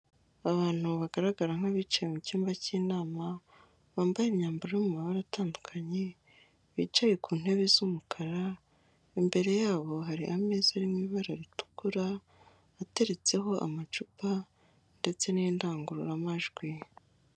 Abantu bagaragara nk'abicaye mu cyumba cy'inama bambaye imyambaro yo mu mabara atandukanye bicaye ku ntebe z'umukara, imbere yabo hari ameza ari mu ibara ritukura ateretseho amacupa ndetse n'indangururamajwi.